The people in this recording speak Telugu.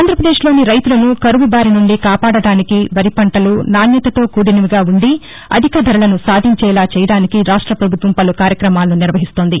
ఆంధ్రాపదేశ్లోని రైతులను కరువు బారినుండి కాపాడడానికి వరి పంటలు నాణ్యతతో కూడినవిగా ఉండి అధిక ధరలను సాధించేలా చేయడానికి రాష్టపభుత్వం పలు కార్యక్రమాలను నిర్వహిస్తోంది